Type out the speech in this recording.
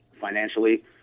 financially